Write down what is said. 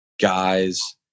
guys